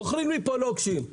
מוכרים לי פה לוקשים.